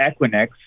Equinix